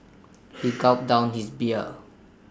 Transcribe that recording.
he gulped down his beer